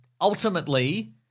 ultimately